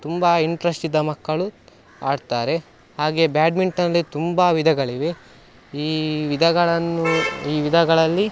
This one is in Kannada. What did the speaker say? ತುಂಬ ಇಂಟ್ರೆಸ್ಟ್ ಇದ್ದ ಮಕ್ಕಳು ಆಡ್ತಾರೆ ಹಾಗೇ ಬ್ಯಾಡ್ಮಿಂಟನಲ್ಲಿ ತುಂಬ ವಿಧಗಳಿವೆ ಈ ವಿಧಗಳನ್ನು ಈ ವಿಧಗಳಲ್ಲಿ